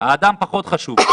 האדם פחות חשוב.